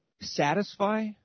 satisfy